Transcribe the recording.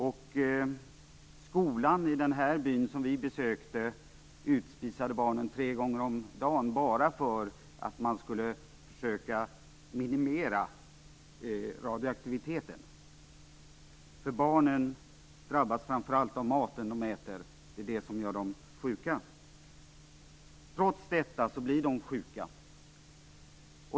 I skolan i den by som vi besökte utspisades barnen tre gånger om dagen bara för att man skulle försöka minimera radioaktiviteten. Barnen drabbas nämligen framför allt av den mat som de äter; det är den som gör dem sjuka. Trots detta blir de sjuka.